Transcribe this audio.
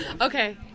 Okay